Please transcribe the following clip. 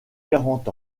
quarante